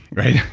right?